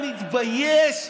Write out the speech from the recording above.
מה שנקרא, אתם לא מתביישים.